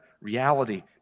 reality